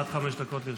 עד חמש דקות לרשותך.